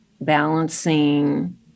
balancing